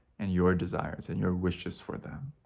and your desires, and your wishes for them.